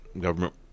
government